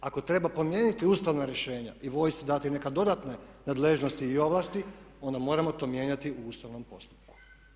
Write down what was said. Ako treba promijeniti ustavna rješenja i vojsci dati neke dodatne nadležnosti i ovlasti onda moramo to mijenjati u ustavnom postupku.